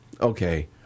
okay